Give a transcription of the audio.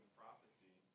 prophecy